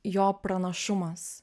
jo pranašumas